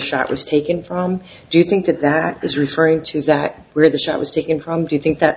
shot was taken from do you think that that is restraint is that where the shot was taken from do you think that